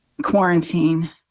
quarantine